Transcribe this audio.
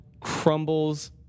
crumbles